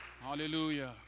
Hallelujah